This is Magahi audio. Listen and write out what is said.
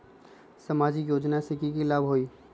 सामाजिक योजना से की की लाभ होई?